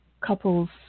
couples